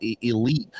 elite